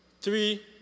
three